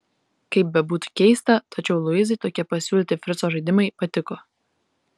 kaip bebūtų keista tačiau luizai tokie pasiūlyti frico žaidimai patiko